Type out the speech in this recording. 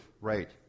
Right